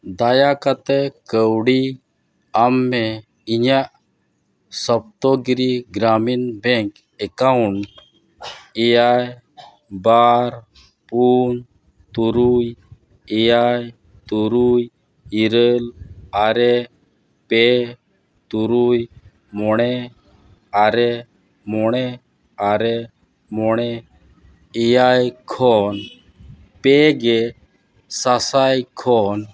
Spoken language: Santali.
ᱫᱟᱭᱟ ᱠᱟᱛᱮᱫ ᱠᱟᱹᱣᱰᱤ ᱮᱢ ᱢᱮ ᱤᱧᱟᱹᱜ ᱥᱚᱯᱛᱚᱜᱤᱨᱤ ᱜᱨᱟᱢᱤᱱ ᱵᱮᱝᱠ ᱮᱠᱟᱣᱩᱱᱴ ᱮᱭᱟᱭ ᱵᱟᱨ ᱯᱩᱱ ᱛᱩᱨᱩᱭ ᱮᱭᱟᱭ ᱛᱩᱨᱩᱭ ᱤᱨᱟᱹᱞ ᱟᱨᱮ ᱯᱮ ᱛᱩᱨᱩᱭ ᱢᱚᱬᱮ ᱟᱨᱮ ᱢᱚᱬᱮ ᱟᱨᱮ ᱢᱚᱬᱮ ᱮᱭᱟᱭ ᱠᱷᱚᱱ ᱯᱮ ᱜᱮ ᱥᱟᱥᱟᱭ ᱠᱷᱚᱱ